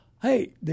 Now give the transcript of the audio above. Hey